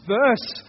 verse